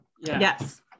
Yes